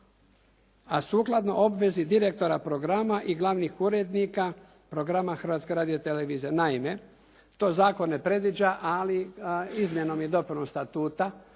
A sukladno obvezi direktora programa i glavnih urednika programa Hrvatske radio televizije. Naime to zakon ne predviđa ali izmjenom i dopunom Statuta,